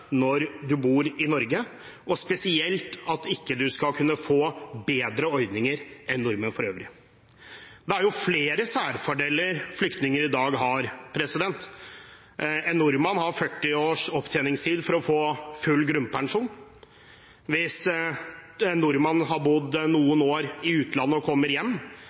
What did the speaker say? når man bor i Norge, og spesielt skal man ikke kunne få bedre ordninger enn nordmenn for øvrig. Det er flere særfordeler flyktninger i dag har. En nordmann må ha 40 års opptjeningstid for å få full grunnpensjon. Hvis en nordmann har bodd noen år i utlandet og kommer